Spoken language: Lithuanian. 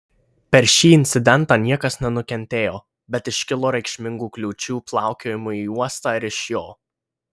per šį incidentą niekas nenukentėjo bet iškilo reikšmingų kliūčių plaukiojimui į uostą ir iš jo